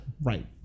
Right